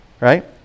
right